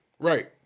Right